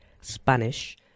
Spanish